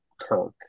kirk